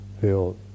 feel